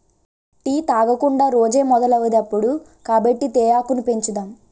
tea తాగకుండా రోజే మొదలవదిప్పుడు కాబట్టి తేయాకును పెంచుదాం